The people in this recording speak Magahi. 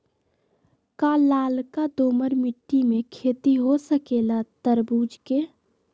का लालका दोमर मिट्टी में खेती हो सकेला तरबूज के?